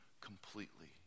completely